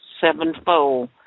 sevenfold